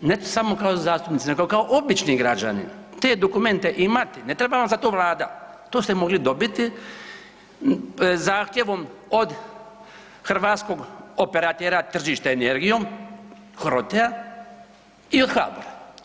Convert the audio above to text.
ne samo kao zastupnici nego kao obični građani te dokumente imati, ne treba vam za to vlada, to ste mogli dobiti zahtjevom od hrvatskog operatera tržišta energijom HROTE-a i od HBOR-a.